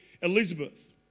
Elizabeth